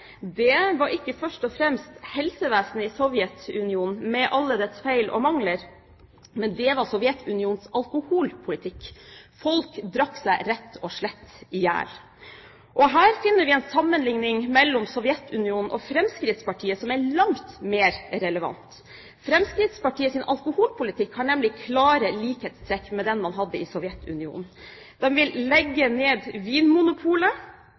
det var ikke først og fremst helsevesenet i Sovjetunionen, med alle dets feil og mangler, men det var Sovjetunionens alkoholpolitikk. Folk drakk seg rett og slett i hjel. Og her finner vi en sammenligning mellom Sovjetunionen og Fremskrittspartiet som er langt mer relevant. Fremskrittspartiets alkoholpolitikk har nemlig klare likhetstrekk med den man hadde i Sovjetunionen. De vil legge ned Vinmonopolet